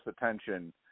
attention